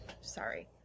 Sorry